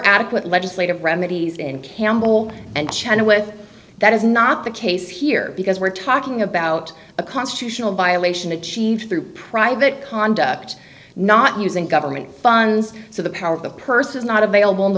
adequate legislative remedies in campbell and china with that is not the case here because we're talking about a constitutional violation achieved through private conduct not using government funds so the power of the purse is not available in the